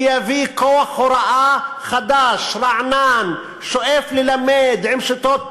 שיביא כוח הוראה חדש, רענן, שאוהב ללמד, עם שיטות